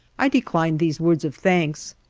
i declined these words of thanks,